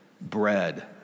bread